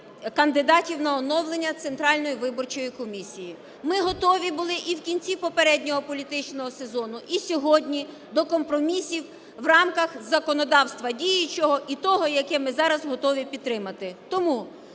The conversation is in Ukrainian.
кандидатів на оновлення Центральної виборчої комісії. Ми готові були і в кінці попереднього політичного сезону, і сьогодні до компромісів в рамках законодавства діючого і того, яке ми зараз готові підтримати.